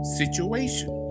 situation